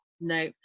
No